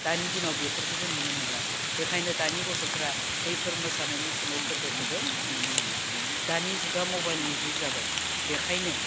दानि दिनाव बेफोरखौबो नुनो मोनला बेखायनो दानि गथ'फोरा बैफोर मोसानाय मुसुरनाय फोरबोखौबो नुनो मोनला दानि जुगा मबाइलनि जुग जाबाय बेखायनो